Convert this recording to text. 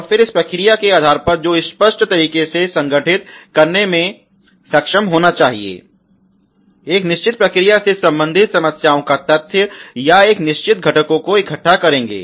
और फिर इस प्रक्रिया के आधार पर जो स्पष्ट तरीके से संगठित करने में सक्षम होना चाहिए एक निश्चित प्रक्रिया से संबंधित समस्याओं का तथ्य या एक निश्चित घटकों को इकट्ठा करेंगे